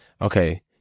Okay